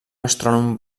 astrònom